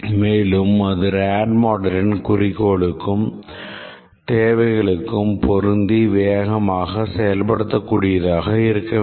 மேலும் அது ரேடு மாடலின் குறிக்கோளுக்கும் தேவைகளுக்கும் பொருந்தி வேகமாக செயல்படுத்தக் கூடியதாக இருக்க வேண்டும்